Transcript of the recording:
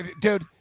Dude